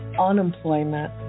unemployment